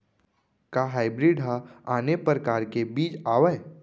का हाइब्रिड हा आने परकार के बीज आवय?